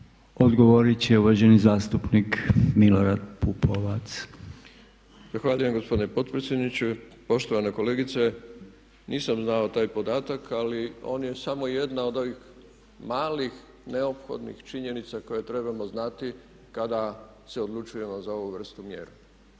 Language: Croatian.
Odgovoriti će uvaženi zastupnik Milorad Pupovac. **Pupovac, Milorad (SDSS)** Zahvaljujem gospodine potpredsjedniče. Poštovana kolegice, nisam znao taj podatak ali on je samo jedna od ovih malih neophodnih činjenica koje trebamo znati kada se odlučujemo za ovu vrstu mjere.